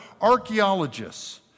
archaeologists